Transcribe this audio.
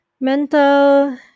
mental